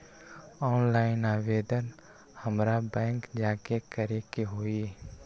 Online आवेदन हमरा bank जाके करे के होई?